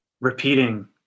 repeating